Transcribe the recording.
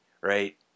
Right